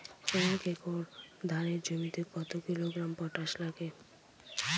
এক একর ধানের জমিতে কত কিলোগ্রাম পটাশ লাগে?